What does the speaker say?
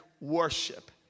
worship